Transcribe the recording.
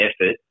effort